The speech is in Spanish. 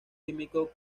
químico